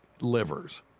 Livers